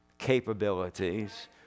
capabilities